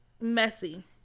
messy